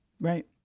Right